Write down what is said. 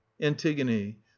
antigone